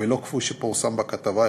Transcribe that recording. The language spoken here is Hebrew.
ולא כפי שפורסם בכתבה,